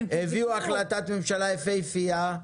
הביאו החלטת ממשלה יפהפייה,